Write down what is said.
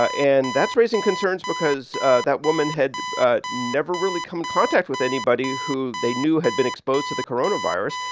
ah and that's raising concerns because that woman had never really come in contact with anybody who they knew had been exposed to the coronavirus.